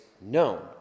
known